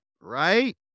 right